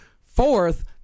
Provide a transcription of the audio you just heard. Fourth